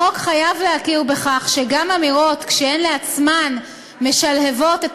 החוק חייב להכיר בכך שגם אמירות שהן כשלעצמן משלהבות את